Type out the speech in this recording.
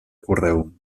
correu